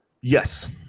yes